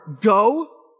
go